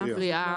קריאה